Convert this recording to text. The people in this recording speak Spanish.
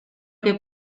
que